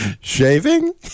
Shaving